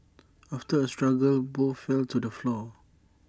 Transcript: after A struggle both fell to the floor